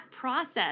process